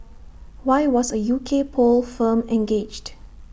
why was A U K poll firm engaged